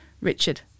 Richard